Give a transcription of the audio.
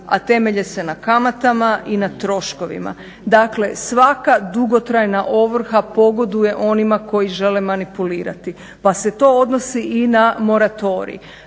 a temelje se na kamatama i na troškovima. Dakle svaka dugotrajna ovrha pogoduje onima koji žele manipulirati pa se to odnosi i na moratorij.